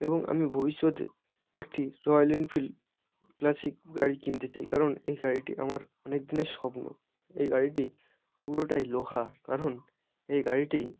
এবং আমি ভবিষ্যতে একটি রয়েল এনফিল্ড ক্লাসিক গাড়ি কিনতে চাই কারণ এই গাড়িটি আমার অনেক দিনের স্বপ্ন এই গাড়িটি পুরোটাই লোহা কারণ এই গাড়িটি